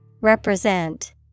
Represent